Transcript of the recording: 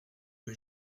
que